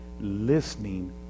listening